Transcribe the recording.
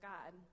God